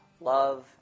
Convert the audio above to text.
love